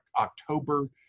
October